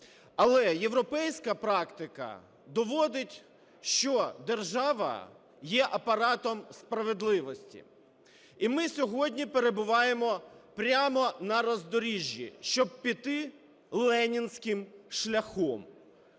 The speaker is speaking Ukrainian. Але європейська практика доводить, що держава є апаратом справедливості. І ми сьогодні перебуваємо прямо на роздоріжжі, щоб піти ленінським шляхом.